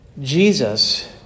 Jesus